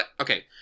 okay